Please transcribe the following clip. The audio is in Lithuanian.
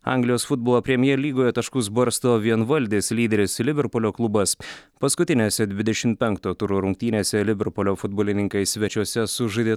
anglijos futbolo premier lygoje taškus barsto vienvaldis lyderis liverpulio klubas paskutinėse dvidešimt penkto turo rungtynėse liverpulio futbolininkai svečiuose sužaidė